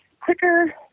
quicker